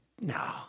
No